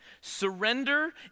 Surrender